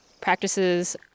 practices